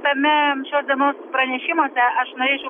tame šios dienos pranešimuose aš norėčiau